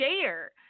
share